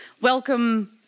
welcome